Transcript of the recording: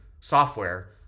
software